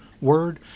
word